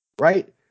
Right